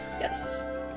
Yes